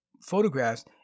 photographs